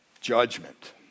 judgment